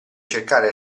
cercare